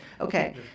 Okay